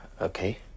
Okay